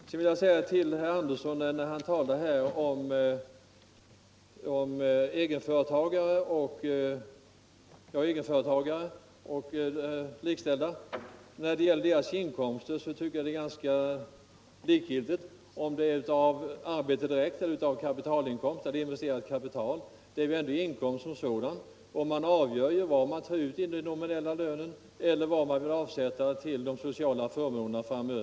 Sedan talade herr Andersson i Nybro om egenföretagare och likställda, men när det gäller deras inkomster tycker jag det är ganska likgiltigt om inkomsterna härrör sig direkt från arbete eller från investerat kapital. Det är ju inkomsten som sådan som är det intressanta. Man avgör själv vad man skall ta ut i nominell lön och vad man vill avsätta för de sociala förmånerna framöver.